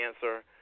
cancer